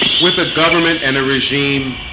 with a government and a regime